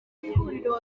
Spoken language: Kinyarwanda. w’ihuriro